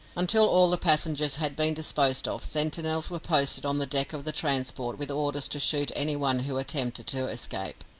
until all the passengers had been disposed of, sentinels were posted on the deck of the transport with orders to shoot anyone who attempted to escape.